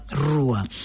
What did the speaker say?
rua